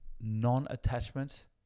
non-attachment